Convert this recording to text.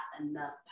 enough